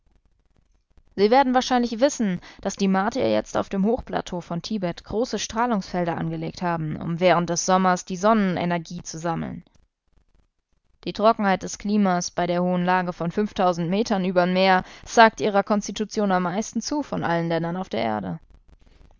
sie werden wahrscheinlich wissen daß die martier jetzt auf dem hochplateau von tibet große strahlungsfelder angelegt haben um während des sommers die sonnenenergie zu sammeln die trockenheit des klimas bei der hohen lage von metern über meer sagt ihrer konstitution am meisten zu von allen ländern der erde